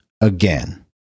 again